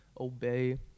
obey